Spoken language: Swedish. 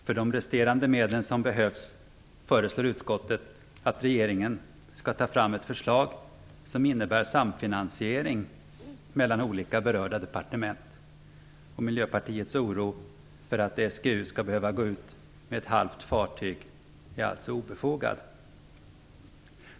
För de resterande medlen som behövs föreslår utskottet att regeringen skall ta fram ett förslag som innebär samfinansiering mellan olika berörda departement. Miljöpartiets oro för att SGU skall behöva gå ut med ett halvt fartyg är alltså obefogad.